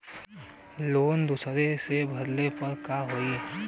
Loan देरी से भरले पर का होई?